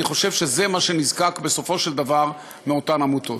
אני חושב שזה מה שנדרש בסופו של דבר מאותן עמותות.